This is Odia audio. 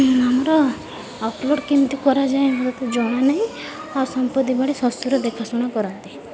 ଆମର ଅପଲୋଡ଼୍ କେମିତି କରାଯାଏ ମୋତେ ଜଣା ନାଇଁ ଆଉ ସମ୍ପତ୍ତି ଭଳି ଶ୍ଵଶୁର ଦେଖାଶୁଣା କରନ୍ତି